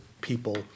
people